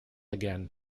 again